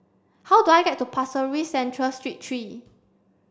how do I get to Pasir Ris Central Street three